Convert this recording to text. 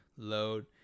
Load